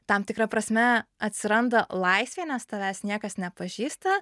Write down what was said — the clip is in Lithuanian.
tam tikra prasme atsiranda laisvė nes tavęs niekas nepažįsta